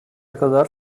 kadar